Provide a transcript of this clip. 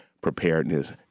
preparedness